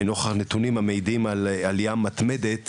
נוכח נתונים המעידים על עלייה מתמדת